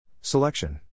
Selection